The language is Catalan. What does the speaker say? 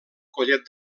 collet